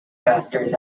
masters